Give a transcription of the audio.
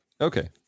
okay